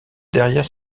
derrière